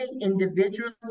individually